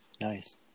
Nice